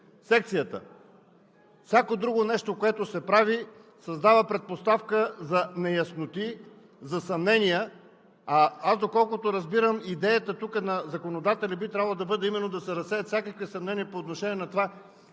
секцията. Всяко друго нещо, което се прави, създава предпоставка за неясноти, за съмнения. Доколкото разбирам, идеята на законодателя би трябвало да бъде именно да се разсеят всякакви съмнения по отношение на това